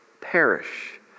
perish